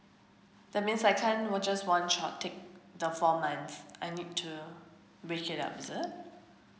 that means I can't just one shot take the four months I need to break it up is it